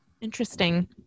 Interesting